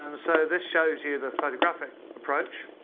um so this shows you the photographic approach.